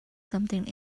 something